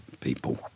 people